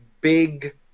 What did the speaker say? big